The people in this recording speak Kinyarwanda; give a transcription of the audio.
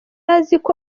aziko